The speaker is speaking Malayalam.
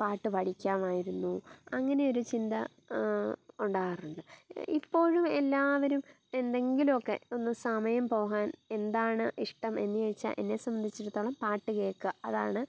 പാട്ട് പഠിക്കാമായിരുന്നു അങ്ങനെ ഒരു ചിന്ത ഉണ്ടാകാറുണ്ട് ഇപ്പോഴും എല്ലാവരും എന്തെങ്കിലുമൊക്കെ ഒന്ന് സമയം പോകാൻ എന്താണ് ഇഷ്ടം എന്ന് ചോദിച്ചാൽ എന്നെ സംബന്ധിച്ചിടത്തോളം പാട്ട് കേൾക്കുക അതാണ്